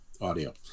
audio